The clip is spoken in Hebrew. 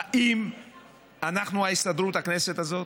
האם אנחנו ההסתדרות, הכנסת הזאת?